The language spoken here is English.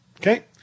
Okay